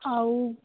ଆଉ